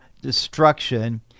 destruction